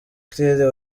claire